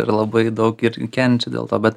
ir labai daug ir kenčia dėl to bet